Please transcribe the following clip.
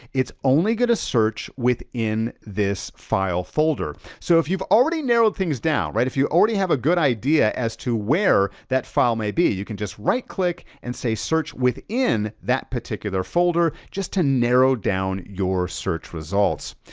it's only gonna search within this file folder. so if you've already narrowed things down, right, if you already have a good idea as to where that file may be, you can just right click and say search within that particular folder just to narrow down your search results.